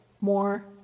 more